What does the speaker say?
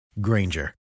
Granger